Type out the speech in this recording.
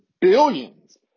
billions